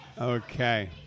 okay